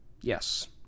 Yes